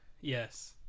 yes